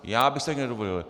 Já bych si to nedovolil.